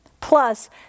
plus